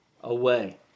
away